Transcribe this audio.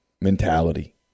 mentality